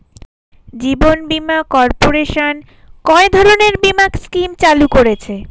জীবন বীমা কর্পোরেশন কয় ধরনের বীমা স্কিম চালু করেছে?